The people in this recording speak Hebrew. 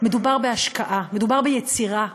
מדובר בהשקעה, מדובר ביצירה,